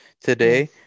today